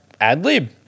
ad-lib